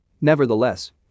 nevertheless